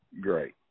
great